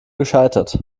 gescheitert